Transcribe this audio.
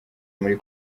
muri